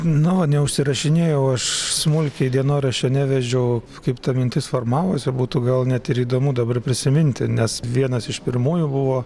nu neužsirašinėjau aš smulkiai dienoraščio nevedžiau kaip ta mintis formavosi būtų gal net ir įdomu dabar prisiminti nes vienas iš pirmųjų buvo